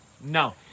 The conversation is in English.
No